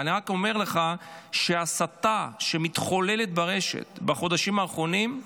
אני רק אומר לך שההסתה שמתחוללת ברשת בחודשים האחרונים,